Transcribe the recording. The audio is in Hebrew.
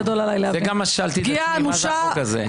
גם אני שאלתי את עצמי מה זה החוק הזה.